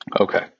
Okay